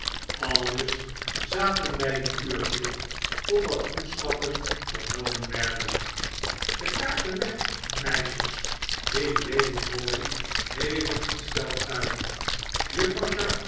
aldus zaten wij een uurtje totdat voetstappen vernomen werden de kaarten weg meisjes riep lady crawley hevig ontsteld uit juffrouw